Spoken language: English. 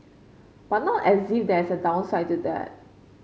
but not as if there's a downside to that